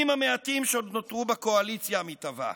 המעטים שעוד נותרו בקואליציה המתהווה,